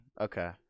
Okay